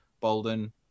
Bolden